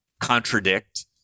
contradict